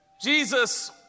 Jesus